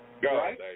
Go